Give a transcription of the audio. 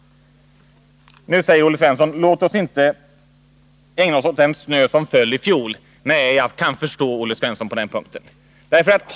Nu säger Olle Svensson: Låt oss inte tala om den snö som föll i fjol! Jag kan förstå Olle Svensson på den punkten.